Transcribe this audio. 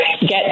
get